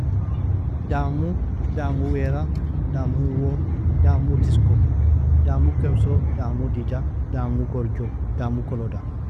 Damu, damuwera, damuwo, damutisko, damukemso, damudija, damugorjo, damukoloda.